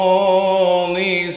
Holy